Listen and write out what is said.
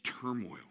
turmoil